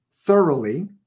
thoroughly